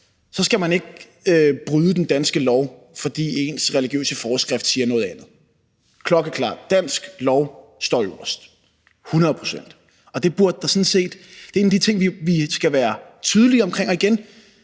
skal man ikke bryde den danske lov, fordi ens religiøse forskrift siger noget andet. Klokkeklart: Dansk lov står øverst – hundrede procent. Det er en af de ting, vi skal være tydelige omkring, og igen: